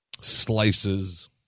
slices